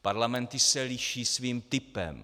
Parlamenty se liší svým typem.